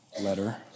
letter